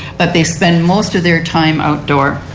but they spend most of their time outdoor.